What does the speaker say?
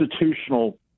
institutional